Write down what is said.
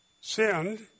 sinned